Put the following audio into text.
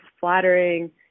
flattering